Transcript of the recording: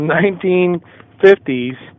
1950s